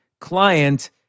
client